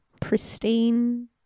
Pristine